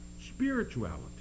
spirituality